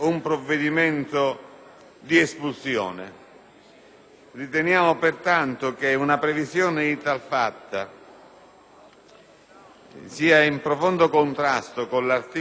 Riteniamo che una previsione del genere sia in profondo contrasto con l'articolo 3 della nostra Costituzione,